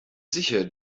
sicher